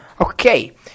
Okay